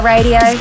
Radio